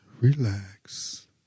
relax